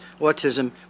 autism